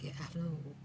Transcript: आफ्नो